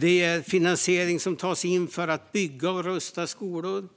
Det är finansiering som tas in för att bygga och rusta upp skolor,